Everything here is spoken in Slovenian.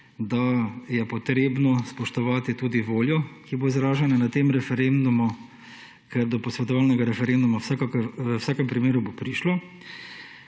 da je potrebno spoštovati tudi voljo, ki bo izražena na tem referendumu, ker do posvetovalnega referenduma v vsakem primeru bo prišlo.